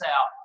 out